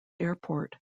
airport